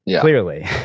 Clearly